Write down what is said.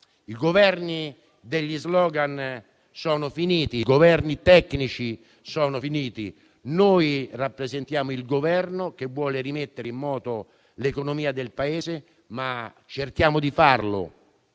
I Governi degli *slogan* sono finiti, come pure quelli tecnici: noi rappresentiamo il Governo che vuole rimettere in moto l'economia del Paese, ma cerchiamo di farlo